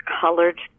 colored